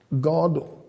God